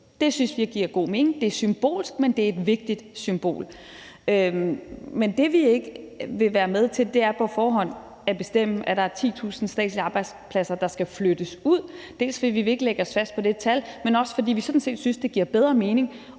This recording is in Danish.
Det synes vi giver god mening. Det er symbolsk, men det er et vigtigt symbol. Men det, vi ikke vil være med til, er på forhånd at bestemme, at der er 10.000 statslige arbejdspladser, der skal flyttes ud; dels fordi vi ikke vil lægge os fast på det tal, dels fordi vi sådan set også synes, det giver bedre mening